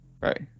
Right